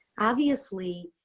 obviously